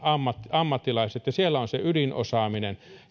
ammattilaiset ja siellä on se ydinosaaminen